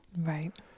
Right